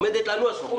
עומדת לנו הזכות.